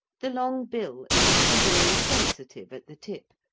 the long bill is exceedingly sensitive at the tip,